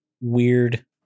weird